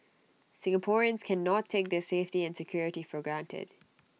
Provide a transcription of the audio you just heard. Singaporeans cannot take their safety and security for granted